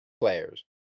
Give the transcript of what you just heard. players